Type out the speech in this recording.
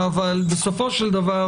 אבל בסופו של דבר,